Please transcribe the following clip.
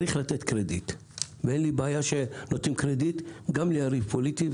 צריך לתת קרדיט ואי לי בעיה שנותנים קרדיט גם ליריב פוליטי.